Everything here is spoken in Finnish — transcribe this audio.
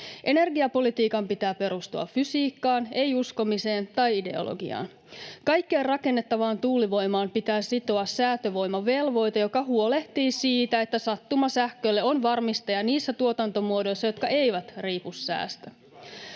Energiapolitiikan pitää perustua fysiikkaan, ei uskomiseen tai ideologiaan. Kaikkeen rakennettavaan tuulivoimaan pitää sitoa säätövoimavelvoite, joka huolehtii siitä, että sattumasähkölle on varmistaja niissä tuotantomuodoissa, jotka eivät riipu säästä.